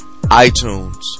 iTunes